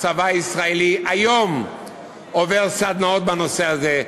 הצבא הישראלי היום עובר סדנאות בנושא הזה,